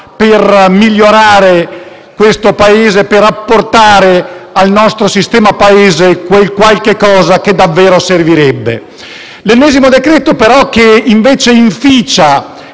per migliorare questo Paese, per apportare al nostro sistema Paese quel qualcosa che davvero servirebbe. È l'ennesimo provvedimento che inoltre inficia